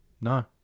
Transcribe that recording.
no